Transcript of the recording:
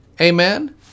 Amen